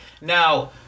Now